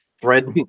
thread